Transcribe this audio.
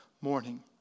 morning